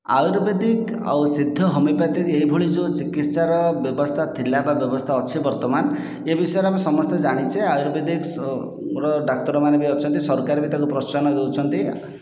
ଆୟୁର୍ବେଦିକ ଆଉ ସିଦ୍ଧ ହୋମିଓପାତିକ୍ ଏହି ଭଳି ଯେଉଁ ଚିକିତ୍ସା ର ବ୍ୟବସ୍ଥା ଥିଲା ବା ବ୍ୟବସ୍ଥା ଅଛି ବର୍ତ୍ତମାନ ଏ ବିଷୟରେ ଆମେ ସମସ୍ତେ ଜାଣିଛେ ଆୟୁର୍ବେଦିକର ଡାକ୍ତରମାନେ ବି ଅଛନ୍ତି ସରକାର ବି ତାକୁ ପ୍ରୋତ୍ସାହନ ଦେଇଛନ୍ତି